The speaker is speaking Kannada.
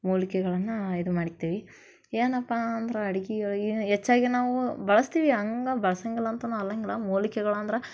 ಮೂಲಿಕೆಗಳನ್ನು ಇದು ಮಾಡಿಕ್ತೀವಿ ಏನಪ್ಪ ಅಂದ್ರೆ ಅಡ್ಗಿಗಳಿಗೆ ಹೆಚ್ಚಾಗಿ ನಾವು ಬಳಸ್ತೀವಿ ಹಂಗ ಬಳ್ಸೋಂಗಿಲ್ಲ ಅಂತಲೂ ಅನ್ನೊಂಗಿಲ್ಲ ಮೂಲಿಕೆಗಳಂದ್ರೆ